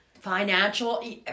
financial